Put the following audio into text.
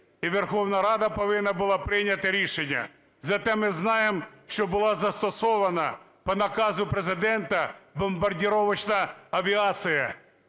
і Верховна Рада повинна була прийняти рішення. Зате ми знаємо, що була застосована по наказу Президента бомбардировочна авіація.